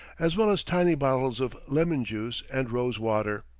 as well as tiny bottles of lemon-juice and rose-water,